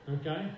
okay